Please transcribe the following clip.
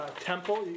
temple